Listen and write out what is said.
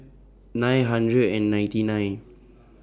nine hundred and ninety nine